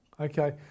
Okay